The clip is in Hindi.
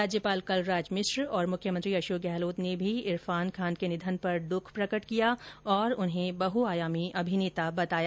राज्यपाल कलराज मिश्र और मुख्यमंत्री अशोक गहलोत ने भी इरफान खान के निधन पर दुख प्रकट किया और उन्हें बहुआयामी अभिनेता बताया